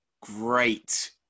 great